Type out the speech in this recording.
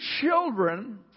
children